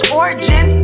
origin